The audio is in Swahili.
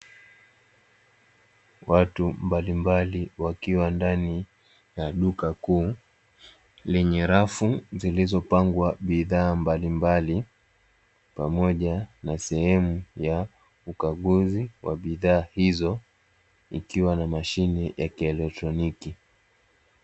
Watu mbalimbali wakiwa ndani na duka kuu lenye rafu zilizopangwa bidhaa mbalimbali, pamoja na sehemu ya ukaguzi wa bidhaa hizo ikiwa na mashine ya kielektroniki.